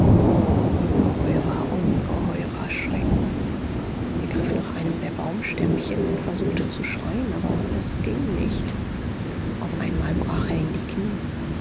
ungeheurer ungeheurer schrecken er griff nach einem der baumstämmchen und versuchte zu schreien aber es ging nicht auf einmal brach er in die knie